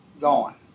gone